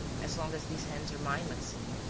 as long as these hands are mine, maxime,